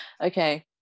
okay